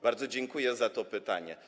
Bardzo dziękuję za to pytanie.